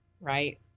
Right